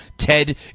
Ted